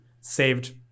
saved